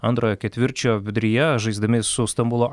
antrojo ketvirčio viduryje žaisdami su stambulo